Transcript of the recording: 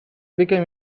became